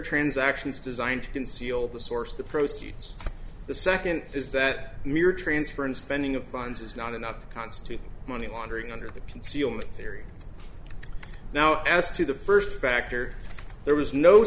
transactions designed to conceal the source of the proceeds the second is that mere transfer and spending of funds is not enough to constitute money laundering under the concealment theory now as to the first factor there was no